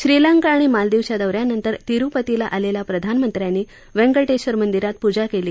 श्रीलंका आणि मालदिवच्या दौ यानंतर तिरुपतीला आलेल्या प्रधानमंत्र्यांनी वैंकटेश्वर मंदिरात पूजा केली